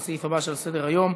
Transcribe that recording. לסעיף הבא שעל סדר-היום: